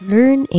Learn